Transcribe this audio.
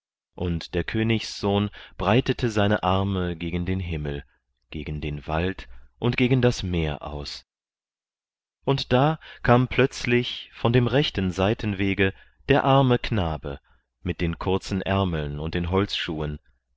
und der königssohn breitete seine arme gegen den himmel gegen den wald und gegen das meer aus und da kam plötzlich von dem rechten seitenwege der arme knabe mit den kurzen ärmeln und den holzschuhen